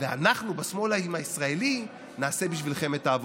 ואנחנו בשמאל הישראלי נעשה בשבילכם את העבודה.